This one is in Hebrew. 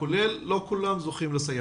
כולם זוכים לסייעות.